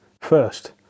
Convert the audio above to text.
first